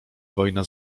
wojna